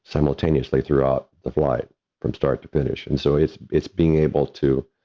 simultaneously throughout the flight from start to finish. and so, it's, it's being able to,